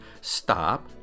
Stop